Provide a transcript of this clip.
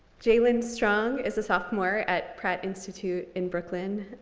jaylen strong is a sophomore at pratt institute in brooklyn.